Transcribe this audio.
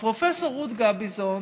הפרופ' רות גביזון